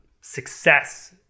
success